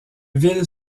ville